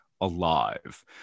alive